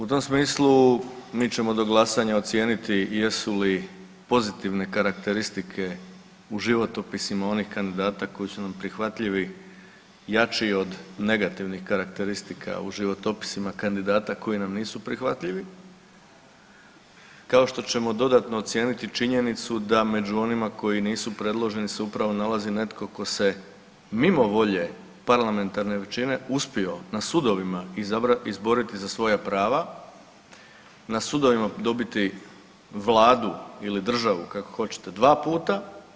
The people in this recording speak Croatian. U tom smislu mi ćemo do glasanja ocijeniti jesu li pozitivne karakteristike u životopisima onih kandidata koji su nam prihvatljivi jači od negativnih karakteristika u životopisima kandidata koji nam nisu prihvatljivi, kao što ćemo dodatno ocijeniti činjenicu da među onima koji nisu predloženi se upravo nalazi netko tko se mimo volje parlamentarne većine uspio na sudovima izboriti za svoja prava, na sudovima dobiti vladu ili državu kako hoćete dva puta.